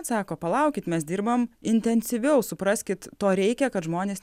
atsako palaukit mes dirbam intensyviau supraskit to reikia kad žmonės